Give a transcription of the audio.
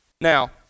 Now